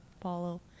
follow